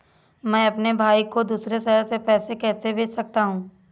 मैं अपने भाई को दूसरे शहर से पैसे कैसे भेज सकता हूँ?